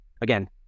again